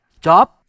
Job